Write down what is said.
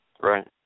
right